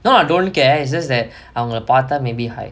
not I don't care it's just that அவங்கள பாத்தா:avangala paaththaa may be hi